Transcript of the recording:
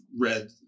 read